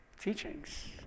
teachings